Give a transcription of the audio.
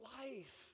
life